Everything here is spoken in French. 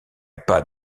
pas